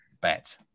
bet